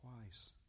twice